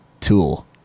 Tool